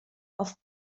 auf